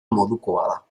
modukoa